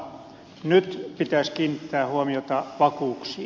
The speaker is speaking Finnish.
nyt pitäisi kiinnittää huomiota vakuuksiin